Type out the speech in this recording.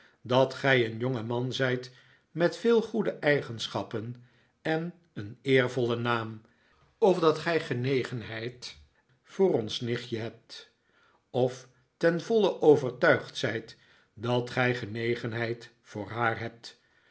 dat gij een jongeman zijt met veel goede eigenschappen en een eervollen naam of dat gij genegenheid voor ons nichtje hebt of ten voile overtuigd zijt dat gij genegenheid voor haar hebt